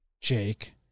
Jake